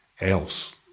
else